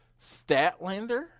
Statlander